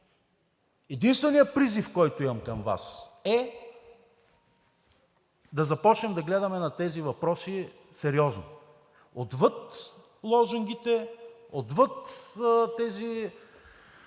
Единственият призив, който имам към Вас, е да започнем да гледаме на тези въпроси сериозно отвъд лозунгите, отвъд тези